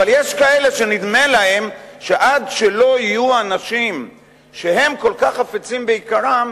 אבל יש כאלה שנדמה להם שעד שלא יהיו האנשים שהם כל כך חפצים ביקרם,